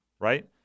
right